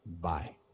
Bye